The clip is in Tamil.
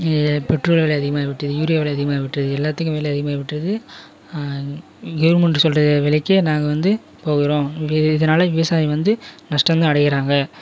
பெட்ரோல் விலை அதிகமாகிவிட்டது யூரியா விலை அதிகமாகிவிட்டது எல்லாத்துக்கும் விலை அதிகமாகிவிட்டது கவுர்மெண்ட் சொல்லுற விலைக்கே நாங்கள் வந்து போகறோம் இது இதனால விவசாயம் வந்து நஷ்டம்தான் அடையிறாங்க